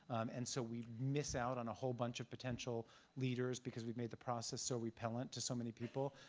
and so we'd miss out on a whole bunch of potential leaders because we've made the process so repellent to so many people.